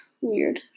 weird